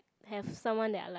have someone that I like